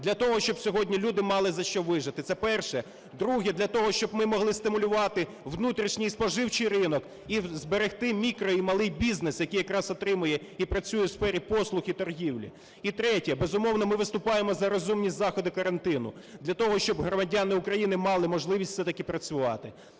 для того, щоб сьогодні люди мали за що вижити. Це перше. Друге. Для того, щоб ми могли стимулювати внутрішній і споживчий ринок і зберегти мікро і малий бізнес, який якраз отримує і працює у сфері послуг і торгівлі. І третє. Безумовно, ми виступаємо за розумні заходи карантину, для того, щоб громадяни України мали можливість все-таки працювати.